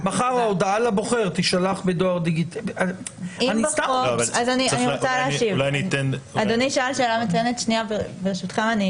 לסעיף הזה ולכן אני מציינת אותו כאן.